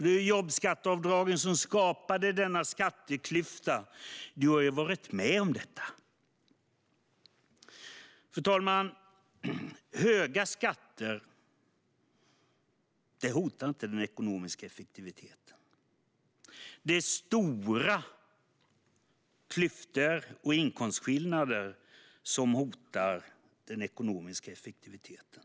Det är jobbskatteavdragen som har skapat denna skatteklyfta, och du har varit med på detta. Fru talman! Höga skatter hotar inte den ekonomiska effektiviteten. Det är stora klyftor och inkomstskillnader som hotar den ekonomiska effektiviteten.